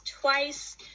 twice